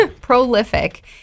Prolific